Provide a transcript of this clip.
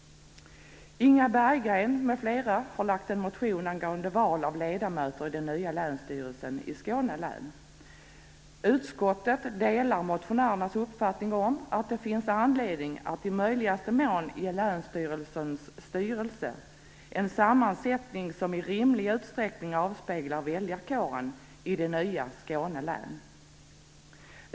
Inga Berggren m.fl. har väckt en motion angående val av ledamöter i den nya länsstyrelsen för Skåne län. Utskottet delar motionärernas uppfattning om att det finns anledning att i möjligaste mån ge länsstyrelsens styrelse en sammansättning som i rimlig utsträckning avspeglar väljarkåren i det nya Skåne län.